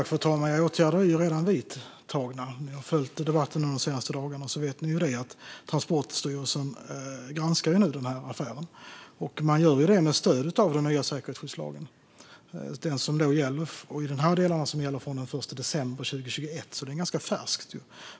Fru talman! Åtgärder är redan vidtagna. De som har följt debatten de senaste dagarna vet att Transportstyrelsen granskar affären nu, med stöd av den nya säkerhetsskyddslagen, det vill säga de delar som gäller från den 1 december 2021. Det är ganska färskt.